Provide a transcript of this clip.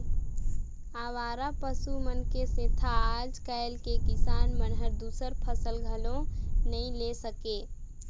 अवारा पसु मन के सेंथा आज कायल के किसान मन हर दूसर फसल घलो नई ले सके